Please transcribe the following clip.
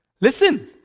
Listen